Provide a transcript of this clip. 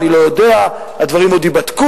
אני לא יודע, הדברים עוד ייבדקו.